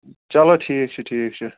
چلو ٹھیٖک چھُ ٹھیٖک چھُ